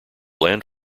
land